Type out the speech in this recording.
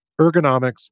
ergonomics